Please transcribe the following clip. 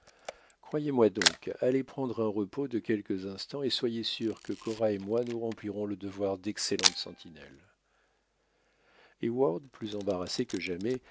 croyez-moi donc allez prendre un repos de quelques instants et soyez sûr que cora et moi nous remplirons le devoir d'excellentes sentinelles heyward plus embarrassé que jamais